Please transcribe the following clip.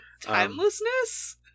Timelessness